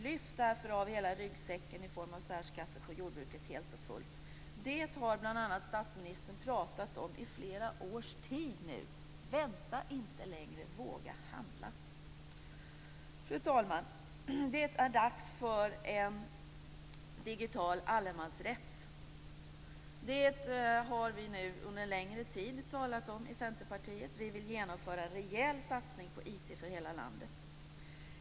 Lyft därför av hela ryggsäcken i form av särskatter på jordbruket helt och fullt! Det har bl.a. statsministern pratat om i flera års tid nu. Vänta inte längre, våga handla! Fru talman! Det är dags för en digital allemansrätt. Det har vi nu under en längre tid talat om i Centerpartiet. Vi vill genomföra en rejäl satsning på IT för hela landet.